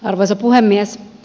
arvoisa puhemies